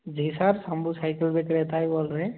जी sir Shambhu cycle विक्रेता ही बोल रहे हैं